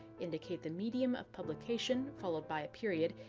indicate the medium of publication, followed by a period.